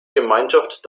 gemeinschaft